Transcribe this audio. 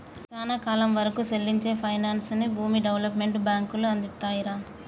సానా కాలం వరకూ సెల్లించే పైనాన్సుని భూమి డెవలప్మెంట్ బాంకులు అందిత్తాయిరా